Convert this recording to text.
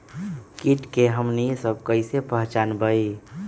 किट के हमनी सब कईसे पहचान बई?